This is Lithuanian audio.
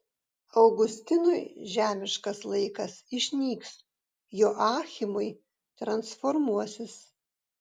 augustinui žemiškas laikas išnyks joachimui transformuosis